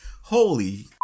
holy